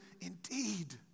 indeed